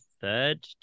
third